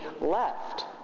left